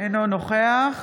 אינו נוכח